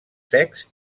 secs